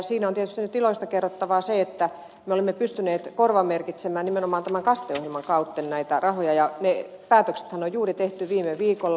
siinä on tietysti nyt iloista kerrottavaa se että me olemme pystyneet korvamerkitsemään nimenomaan tämän kaste ohjelman kautta näitä rahoja ja ne päätöksethän on juuri tehty viime viikolla